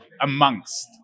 amongst